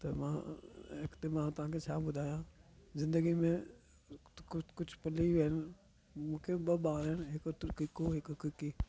त मां अॻिते मां तव्हांखे छा ॿुधायां ज़िंदगी में कुझु कुझु पल ई आहिनि मूंखे ॿ ॿार आहिनि हिकु त किको ऐं हिकु किकी